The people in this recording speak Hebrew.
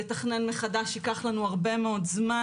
לתכנן מחדש ייקח לנו הרבה מאוד זמן,